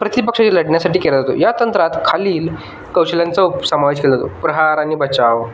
प्रतिपक्षाशी लढण्यासाठी केला जातो या तंत्रात खालील कौशल्यांचा समावेश केला प्रहार आणि बचाव